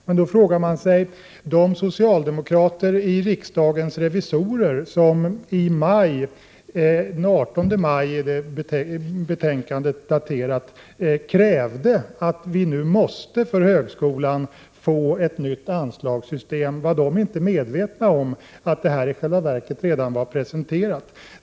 Man frågar sig då om de socialdemokrater i riksdagens revisorer som i maj, betänkandet är daterat den 18 maj, krävde att vi skall få ett nytt anslagssystem för högskolan, inte var medvetna om att detta i själva verket redan var presenterat.